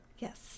Yes